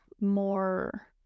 more